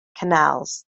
canals